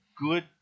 good